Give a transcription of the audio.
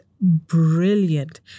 brilliant